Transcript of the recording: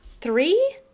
Three